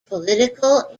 political